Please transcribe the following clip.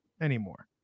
anymore